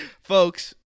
Folks